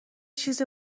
چیز